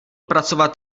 pracovat